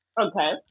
okay